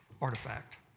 Artifact